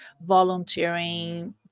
volunteering